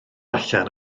allan